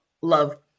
love